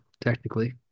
technically